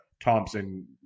Thompson